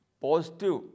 positive